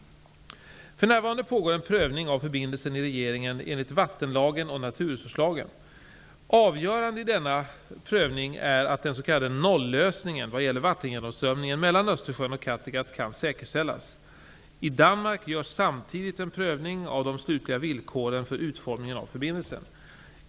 För närvarande pågår en prövning av förbindelsen i regeringen enligt vattenlagen och naturresurslagen. Avgörande i denna prövning är att den s.k. nollösningen vad gäller vattengenomströmningen mellan Östersjön och Kattegatt kan säkerställas. I Danmark görs samtidigt en prövning av de slutliga villkoren för utformningen av förbindelsen.